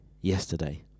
yesterday